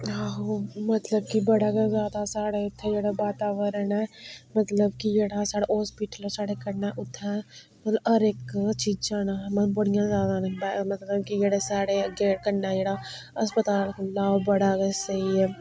आहो मतलब कि बड़ा गै ज्यादा साढ़ै इत्थै जेह्ड़ा वातावरण ऐ मतलब कि जेह्ड़ा साढ़ा हस्पिटल ऐ साढ़ै कन्नै उत्थै मतलब हर इक चीज़ां न मतलब बड़ियां ज्यादा मतलब कि जेह्ड़े साढ़े अग्गें कन्नै जेह्ड़ा अस्पताल खुल्ला दा ओह् बड़ा गै स्हेई ऐ